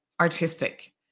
artistic